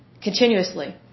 continuously